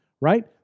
Right